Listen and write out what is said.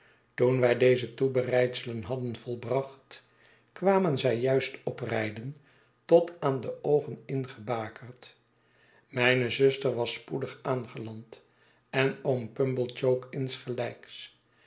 toen wij deze toebereidselen hadden volbracht kwamen zij juist oprijden tot aan de oogen ingebakerd mijne zuster was spoedig aangeland en oom pumblechook insgelijks